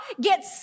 get